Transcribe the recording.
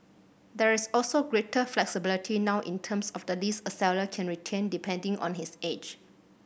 there is also greater flexibility now in terms of the lease a seller can retain depending on his age